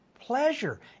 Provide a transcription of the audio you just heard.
pleasure